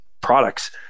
products